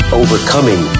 overcoming